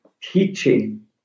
teaching